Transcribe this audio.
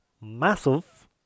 massive